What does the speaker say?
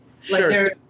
Sure